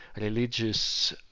religious